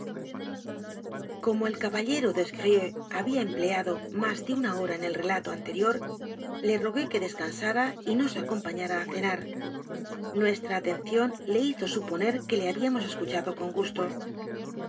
como el caballero des grieux había empleado más de una hora en el relato anterior le rogué que descansara y nos acompañara a cenar nuestra atención le hizo suponer que le habíamos escucha do con gusto